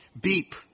Beep